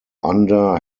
under